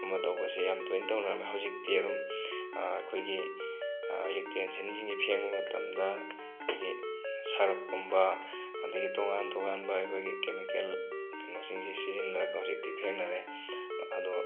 ꯑꯃ ꯇꯧꯕꯁꯦ ꯌꯥꯝ ꯇꯣꯏꯅ ꯇꯧꯅꯔꯝꯃꯦ ꯍꯧꯖꯤꯛꯇꯤ ꯑꯗꯨꯝ ꯑꯩꯈꯣꯏꯒꯤ ꯌꯨꯇꯦꯟꯁꯤꯟꯁꯤꯡꯁꯦ ꯐꯦꯡꯕ ꯃꯇꯝꯗ ꯑꯩꯈꯣꯏꯒꯤ ꯁꯔꯞꯀꯨꯝꯕ ꯑꯗꯒꯤ ꯇꯣꯉꯥꯟ ꯇꯣꯉꯥꯟꯕ ꯑꯩꯈꯣꯏꯒꯤ ꯀꯦꯃꯤꯀꯦꯜ ꯀꯩꯅꯣꯁꯤꯡꯁꯦ ꯁꯤꯖꯤꯟꯅꯔꯒ ꯍꯧꯖꯤꯛꯇꯤ ꯐꯦꯡꯅꯔꯦ ꯑꯗꯣ